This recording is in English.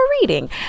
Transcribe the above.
reading